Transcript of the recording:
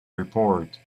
report